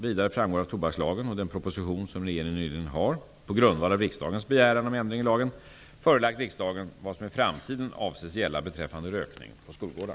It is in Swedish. Vidare framgår av tobakslagen och den proposition som regeringen nyligen har -- på grundval av riksdagens begäran om ändring i tobakslagen -- förelagt riksdagen, vad som i framtiden avses gälla beträffande rökning på skolgårdar.